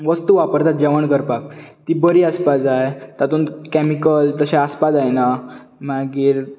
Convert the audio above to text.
वस्तू वापरतात जेवण करपाक ती बरी आसपाक जाय तातूंत कॅमीकल तशें आसपाक जायना मागीर